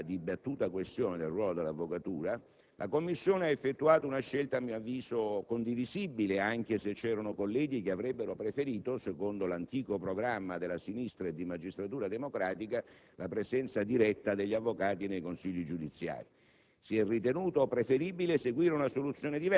Vorrei aggiungere ancora che, per quanto riguarda la dibattuta questione del ruolo dell'avvocatura, la Commissione ha effettuato una scelta, a mio avviso condivisibile, anche se c'erano colleghi che avrebbero preferito, secondo l'antico programma della sinistra e di Magistratura democratica, la presenza diretta degli avvocati nei Consigli giudiziari: